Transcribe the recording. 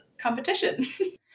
competition